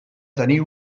tenir